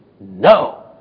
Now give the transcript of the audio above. no